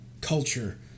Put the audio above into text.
culture